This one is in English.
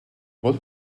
what